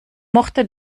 mochte